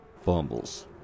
fumbles